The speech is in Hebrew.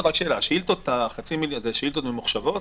רק שאלה: החצי-מיליון שאילתות זה שאילתות ממוחשבות?